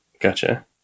Gotcha